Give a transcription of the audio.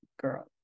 girl